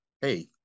hey